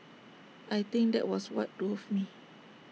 I think that was what drove me